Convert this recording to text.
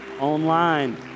online